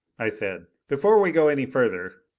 i said, before we go any further,